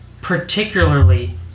particularly